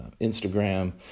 Instagram